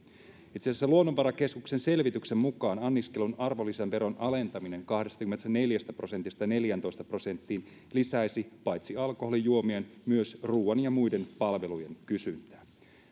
itse asiassa luonnonvarakeskuksen selvityksen mukaan anniskelun arvonlisäveron alentaminen kahdestakymmenestäneljästä prosentista neljääntoista prosenttiin lisäisi paitsi alkoholijuomien myös ruoan ja muiden palveluiden kysyntää